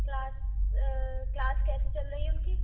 class class کیسی چل رہی ہے اُن کی